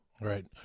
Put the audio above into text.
Right